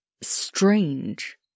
strange